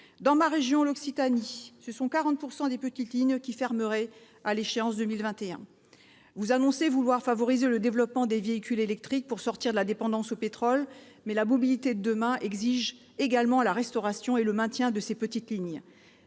Dans ma région, l'Occitanie, ce sont 40 % des petites lignes qui fermeraient à l'échéance 2021. Vous annoncez vouloir favoriser le développement des véhicules électriques pour sortir de la dépendance au pétrole, mais la mobilité de demain exige également la restauration et le maintien de ces petites lignes.